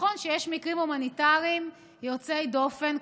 נכון שיש מקרים הומניטריים יוצאי דופן,